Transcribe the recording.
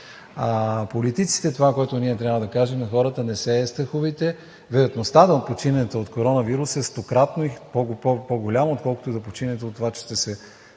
не политиците. Това, което ние трябва да кажем на хората е не се страхувайте, вероятността да починете от коронавирус е стократно по-голяма, отколкото да починете от това, че сте се